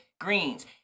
greens